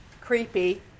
creepy